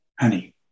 honey